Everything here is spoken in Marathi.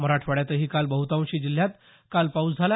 मराठवाड्यातही काल बहुतांशी जिल्ह्यात काल पाऊस झाला